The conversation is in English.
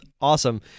Awesome